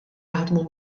jaħdmu